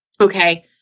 Okay